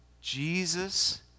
Jesus